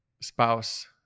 spouse